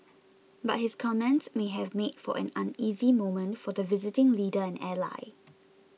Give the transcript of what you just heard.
but his comments may have made for an uneasy moment for the visiting leader and ally